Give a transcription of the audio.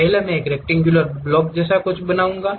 पहले मैं एक रेक्टङ्ग्युलर ब्लॉक जैसा कुछ बनाऊंगा